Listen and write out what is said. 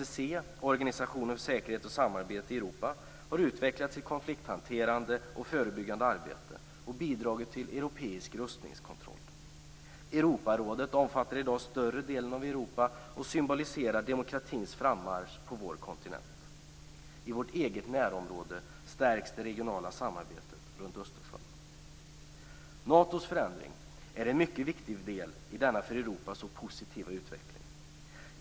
OSSE, Organisationen för säkerhet och samarbete i Europa, har utvecklats i konflikthanterande och förebyggande arbete och bidragit till europeisk rustningskontroll. Europarådet omfattar i dag större delen av Europa och symboliserar demokratins frammarsch på vår kontinent. I vårt eget närområde stärks det regionala samarbetet runt Östersjön. Natos förändring är en mycket viktig del i denna för Europa så positiva utveckling.